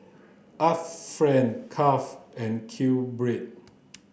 Art Friend Kraft and QBread